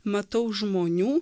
matau žmonių